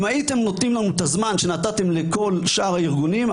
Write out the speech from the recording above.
אם הייתם נותנים לנו את הזמן שנתתם לכל שאר הארגונים,